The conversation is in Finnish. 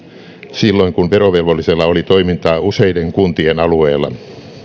silloin kun verovelvollisella oli toimintaa useiden kuntien alueella